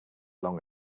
long